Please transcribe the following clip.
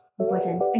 important